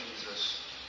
Jesus